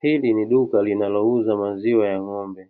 Hili ni duka linalouza maziwa ya ng'ombe,